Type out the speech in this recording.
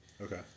Okay